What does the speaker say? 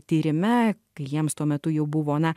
tyrime kai jiems tuo metu jau buvo na